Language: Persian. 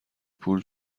پول